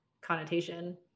connotation